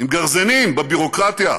עם גרזינים, בביורוקרטיה,